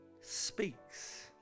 speaks